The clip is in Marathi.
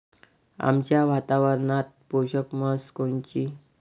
आमच्या वातावरनात पोषक म्हस कोनची?